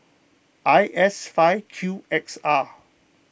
I S five Q X R